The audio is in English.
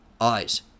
eyes